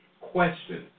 questions